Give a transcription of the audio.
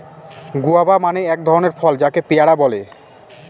guava মানে এক ধরনের ফল যাকে পেয়ারা বলে